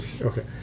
Okay